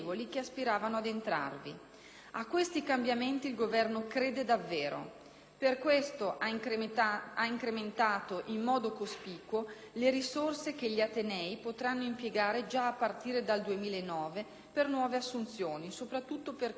A questi cambiamenti il Governo crede davvero: per questo ha incrementato in modo cospicuo le risorse che gli atenei potranno impiegare già a partire dal 2009 per nuove assunzioni, soprattutto per quelle di giovani ricercatori.